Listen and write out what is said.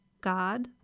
God